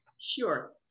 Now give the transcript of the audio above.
Sure